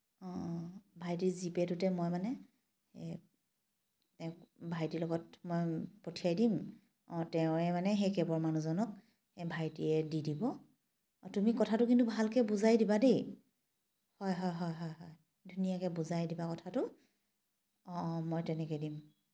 অঁ অঁ ভাইটিৰ জি পে'টোতে মই মানে ভাইটি লগত মই পঠিয়াই দিম অঁ তেৱেঁ মানে হেই কেবৰ মানুহজনক ভাইটিয়ে দি দিব তুমি কথাটো কিন্তু ভালকে বুজাই দিবা দেই হয় হয় হয় ধুনীয়াকে বুজাই দিবা কথাটো অঁ অঁ মই তেনেকেই দিম